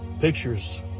pictures